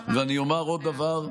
לא אמרתי, ואני אומר עוד דבר,